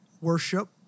worship